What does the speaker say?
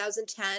2010